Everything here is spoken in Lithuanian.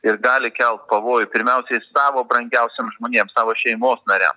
ir gali kelt pavojų pirmiausiai savo brangiausiem žmonėm savo šeimos nariam